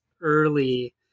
early